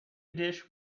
dish